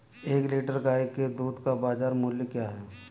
एक लीटर गाय के दूध का बाज़ार मूल्य क्या है?